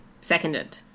Seconded